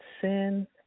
sin